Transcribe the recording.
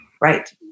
right